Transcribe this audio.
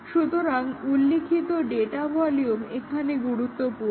সুতরাং উল্লিখিত data volume এখানে গুরুত্বপূর্ণ